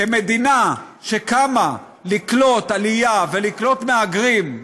כמדינה שקמה לקלוט עלייה ולקלוט מהגרים,